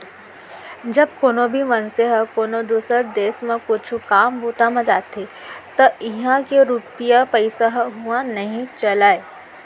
जब कोनो भी मनसे ह कोनो दुसर देस म कुछु काम बूता म जाथे त इहां के रूपिया पइसा ह उहां नइ चलय